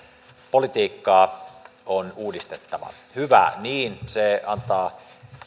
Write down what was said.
politiikkaa on uudistettava hyvä niin se antaa